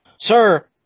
Sir